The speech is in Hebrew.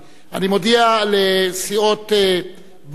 אני מודיע לסיעות בל"ד,